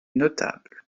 notable